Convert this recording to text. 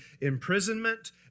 imprisonment